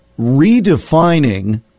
redefining